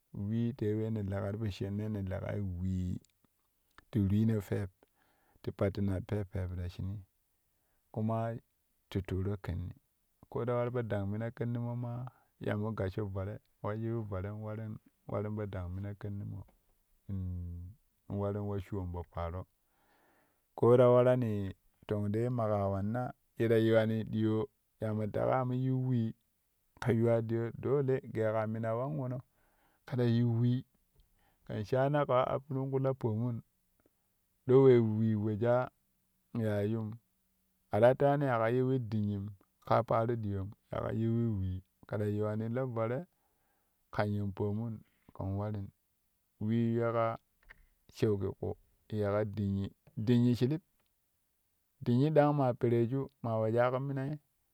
Wee te wee ne leƙa po shaanoi ne leƙai wee ti reeno pep ti pattina pep pep ta shinii kuma ti tuuro kenni koo ta war podang mina kennimaa maa ya mo gassho vare we yiu vare in warin warin po dang mina kennimaa in warin wa shuwon po paaro koo ta warani tong dai maƙa wanna ye ta yiwani ɗyoo ya mo teƙa ya mo yiu wee kɛ yuwa ɗiyoo dole gee ka mina kan wono ke ta yiu wee kɛn shaana kaa appirin ku la pomun ɗo we wee wejaa ya yum a ta lewani yaƙo yiwi dunnim ka paaro diyoom yaƙo yiwi wee kɛ ta yiwani la vare kan yen yomun kɛn warin wee yeƙa sauki ƙu yeƙa dunnyi, dinnyi shilib dinnyi dong maa pereju maa wejaƙo minai.